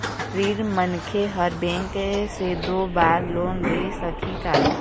ऋणी मनखे हर बैंक से दो बार लोन ले सकही का?